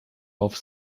auf